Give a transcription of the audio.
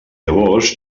llavors